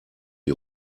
die